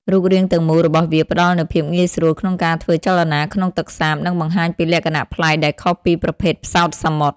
រូបរាងទាំងមូលរបស់វាផ្តល់នូវភាពងាយស្រួលក្នុងការធ្វើចលនាក្នុងទឹកសាប និងបង្ហាញពីលក្ខណៈប្លែកដែលខុសពីប្រភេទផ្សោតសមុទ្រ។